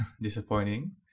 disappointing